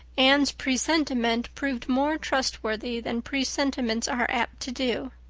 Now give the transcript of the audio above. anne's presentiment proved more trustworthy than presentiments are apt to do.